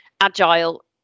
agile